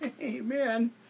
Amen